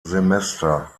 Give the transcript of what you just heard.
semester